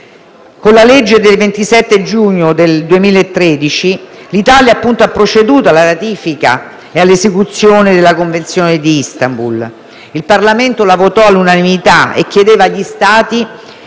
Con la legge n. 77 del 27 giugno del 2013, l'Italia ha proceduto alla ratifica e all'esecuzione della Convenzione di Istanbul, che il Parlamento la votò all'unanimità. Essa chiedeva agli Stati